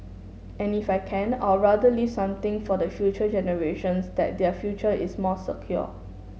and if I can I'd rather leave something for the future generations that their future is more secure